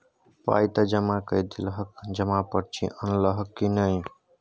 पाय त जमा कए देलहक जमा पर्ची अनलहक की नै